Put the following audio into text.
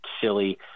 silly